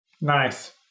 Nice